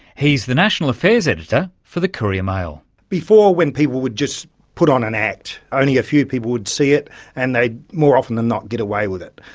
he's the national affairs editor for the courier mail. before when people would just put on an act, only a few people would see it and they'd more often than not get away with it.